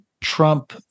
Trump